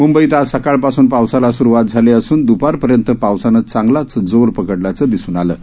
मुंबईत आज सकाळपासून पावसाला सुरूवात झाली असून द्पारपर्यंत पावसानं चांगलाच जोर पकडल्याचं दिसून येत आहे